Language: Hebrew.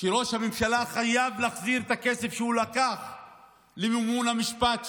שראש הממשלה חייב להחזיר את הכסף שהוא לקח למימון המשפט שלו.